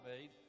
made